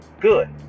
good